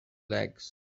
legs